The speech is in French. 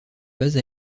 base